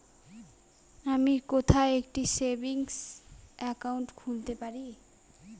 আমি কোথায় একটি সেভিংস অ্যাকাউন্ট খুলতে পারি?